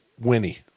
Winnie